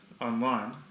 online